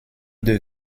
deux